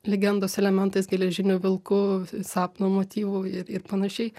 legendos elementais geležiniu vilku sapno motyvu ir ir panašiai